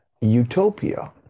utopia